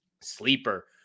Sleeper